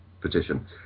petition